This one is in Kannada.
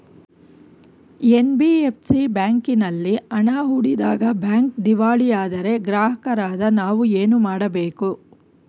ಎನ್.ಬಿ.ಎಫ್.ಸಿ ಬ್ಯಾಂಕಿನಲ್ಲಿ ಹಣ ಹೂಡಿದಾಗ ಬ್ಯಾಂಕ್ ದಿವಾಳಿಯಾದರೆ ಗ್ರಾಹಕರಾದ ನಾವು ಏನು ಮಾಡಬೇಕು?